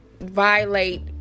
violate